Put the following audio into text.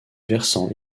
versant